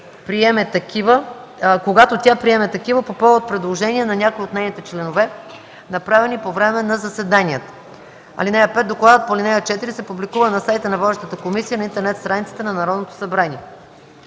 когато тя приеме такива по повод предложение на някои от нейните членове, направено по време на заседанията. (5) Докладът по ал. 4 се публикува на сайта на водещата комисия на интернет страницата на Народното събрание.”